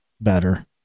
better